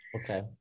Okay